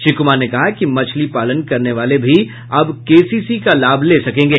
श्री कुमार ने कहा कि मछली पालन करने वाले भी अब केसीसी का लाभ ले सकेंगे